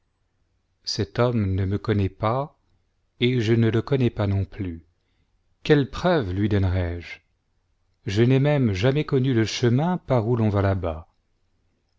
cet homme ne me connaît pas et je ne le connais pas non plus quelle preuve lui donnerai-je je n'ai mêmp jamais connu le chemin par où l'on va là-bas